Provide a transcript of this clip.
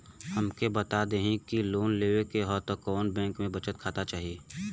हमके बता देती की लोन लेवे के हव त बैंक में बचत खाता चाही?